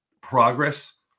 progress